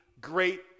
great